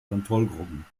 kontrollgruppen